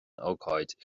ócáid